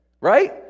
right